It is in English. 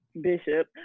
Bishop